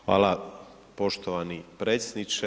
Hvala poštovani predsjedniče.